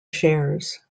shares